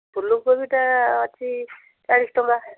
ଫୁଲକୋବିଟା ଅଛି ଚାଳିଶ ଟଙ୍କା